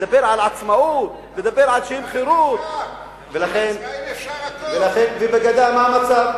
לדבר על עצמאות, לדבר על חירות, ובגדה מה המצב?